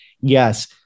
yes